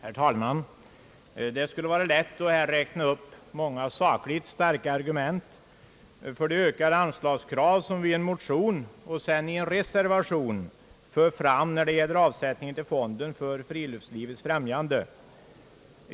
Herr talman! Det skulle vara lätt att räkna upp många sakligt starka argument för det krav på ökat anslag till friluftslivets främjande som förts fram i ett par motioner och därefter i en reservation.